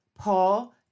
Paul